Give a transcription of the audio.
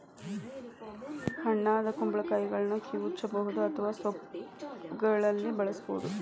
ಹಣ್ಣಾದ ಕುಂಬಳಕಾಯಿಗಳನ್ನ ಕಿವುಚಬಹುದು ಅಥವಾ ಸೂಪ್ಗಳಲ್ಲಿ ಬಳಸಬೋದು